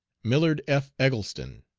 millard f. eggleston,